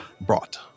brought